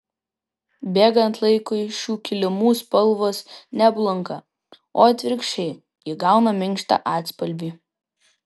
bėgant laikui šių kilimų spalvos ne blunka o atvirkščiai įgauna minkštą atspalvį